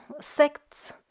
sects